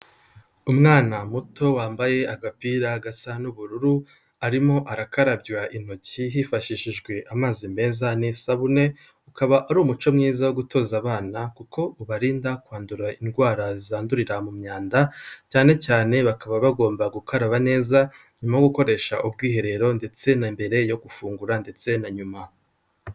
Umwana muto wambaye agapira gasa n'ubururu, arimo arakarabywa intoki hifashishijwe amazi meza n'isabune, ukaba ari umuco mwiza wo gutoza abana kuko ubarinda kwandura indwara zandurira mu myanda. Cyane cyane, bakaba bagomba gukaraba neza nyuma yo gukoresha ubwiherero, ndetse na mbere yo gufungura ndetse na nyuma.